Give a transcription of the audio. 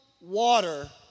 water